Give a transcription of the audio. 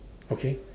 okay